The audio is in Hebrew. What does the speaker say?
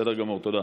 בסדר גמור, תודה.